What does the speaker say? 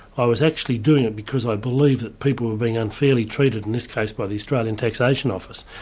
i was actually doing it because i believe that people are being unfairly treated, in this case by the australian taxation office.